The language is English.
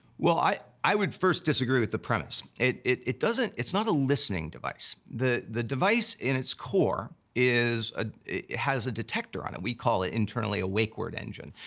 well, i, i would first disagree with the premise. it it doesn't, it's not a listening device. the, the device in its core is. ah it has a detector on it. we call it internally a wake-word engine.